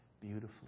beautifully